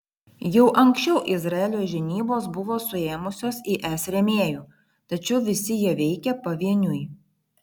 jau anksčiau izraelio žinybos buvo suėmusios is rėmėjų tačiau visi jie veikė pavieniui